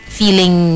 feeling